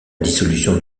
dissolution